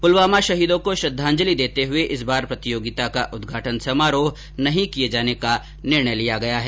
पुलवामा शहीदों को श्रद्धांजलि देर्त हुये इस बार प्रतियोगिता का उद्घाटन समारोह नहीं किये जाने का निर्णय लिया गया है